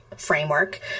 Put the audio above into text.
framework